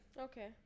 Okay